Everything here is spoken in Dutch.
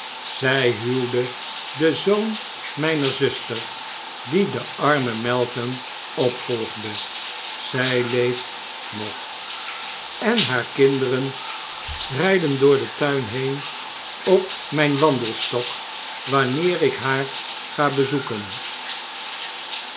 zy huwde den zoon myner zuster die den armen meltham opvolgde zy leeft nog en haarkinderen ryden door den tuin heen op myn wandelstok wanneer ik haar ga bezoeken